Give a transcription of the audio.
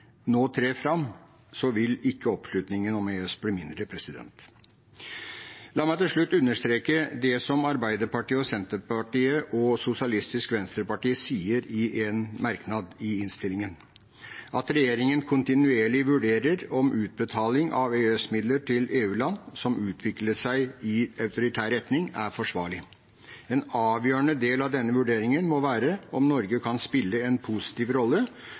nå trer fram, vil ikke oppslutningen om EØS bli mindre. La meg til slutt understreke det Arbeiderpartiet, Senterpartiet og Sosialistisk Venstreparti sier i en merknad i innstillingen. De ber regjeringen «kontinuerlig vurdere om utbetaling av EØS-midler til EU-land som utvikler seg i autoritær retning, er forsvarlig. En avgjørende del av denne vurderingen må være om Norge kan spille en positiv rolle